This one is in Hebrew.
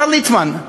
השר ליצמן,